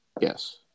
Yes